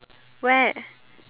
where